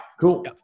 Cool